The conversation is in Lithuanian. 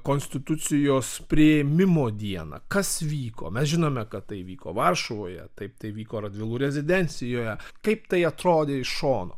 konstitucijos priėmimo dieną kas vyko mes žinome kad tai vyko varšuvoje taip tai vyko radvilų rezidencijoje kaip tai atrodė iš šono